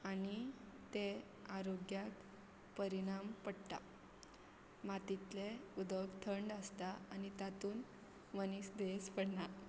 आनी तें आरोग्याक परिणाम पडटा मातीतलें उदक थंड आसता आनी तातून मनीस दुयेंस पडना